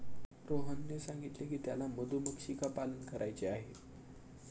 रोहनने सांगितले की त्याला मधुमक्षिका पालन करायचे आहे